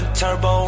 turbo